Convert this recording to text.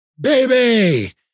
baby